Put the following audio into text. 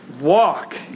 walk